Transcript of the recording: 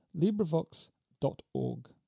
LibriVox.org